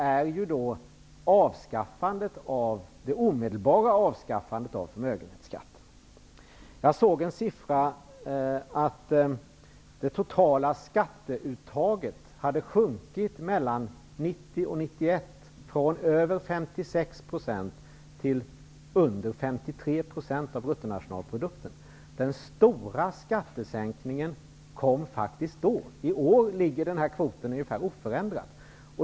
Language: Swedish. Men vad ni har förhindat är det omedelbara avskaffandet av förmögenhetsskatten. Jag har sett siffror på att det totala skatteuttaget mellan 1990 och 1991 sjönk från över 56 % till under 53 % av bruttonationalprodukten. Den stora skattesänkningen kom faktiskt då. I år är kvoten nästan oförändrad.